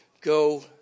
go